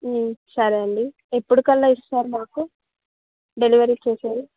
సరే అండి ఎప్పటికల్లా ఇస్తారు మాకు డెలివరీ చేస్తారు